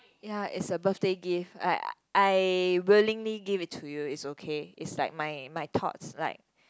ya it's a birthday gift like I willingly give it to you is okay is like my my thoughts like